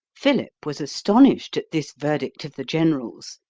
philip was astonished at this verdict of the general's,